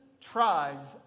tribes